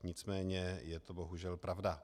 Nicméně je to bohužel pravda.